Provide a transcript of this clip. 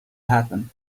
happen